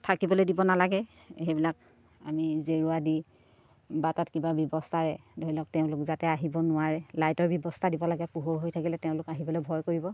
থাকিবলৈ দিব নালাগে সেইবিলাক আমি জেৰুৱা দি বা তাত কিবা ব্যৱস্থাৰে ধৰি লওক তেওঁলোক যাতে আহিব নোৱাৰে লাইটৰ ব্যৱস্থা দিব লাগে পোহৰ হৈ থাকিলে তেওঁলোক আহিবলৈ ভয় কৰিব